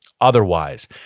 otherwise